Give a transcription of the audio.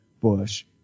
Bush